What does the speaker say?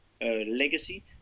legacy